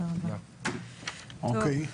קובי,